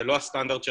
זה לא הסטנדרט שלנו.